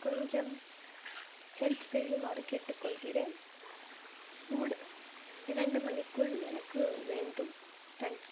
கொஞ்சம் ஹெல்ப் செய்யுமாறு கேட்டுக்கொள்கிறேன் ஃபூட் இரண்டு மணிக்குள் எனக்கு வேண்டும் தேங்க்யூ